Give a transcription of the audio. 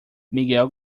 miguel